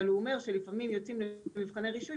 אבל הוא אומר שלפעמים יוצאים למבחני רישוי